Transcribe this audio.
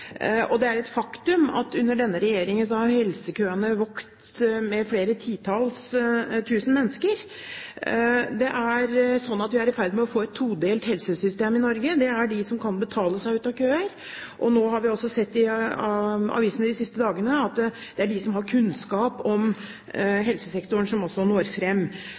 engang. Det er et faktum at helsekøene har vokst med flere titalls tusen mennesker under denne regjeringen. Vi er i ferd med å få et todelt helsesystem i Norge. Det er de som kan betale seg ut av køene, og nå har vi sett i avisene de siste dagene at det også er de som har kunnskap om helsesektoren, som når